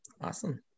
awesome